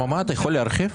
אתה יכול להרחיב?